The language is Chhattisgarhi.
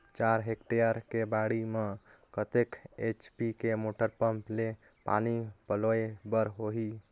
चार हेक्टेयर के बाड़ी म कतेक एच.पी के मोटर पम्म ले पानी पलोय बर होही?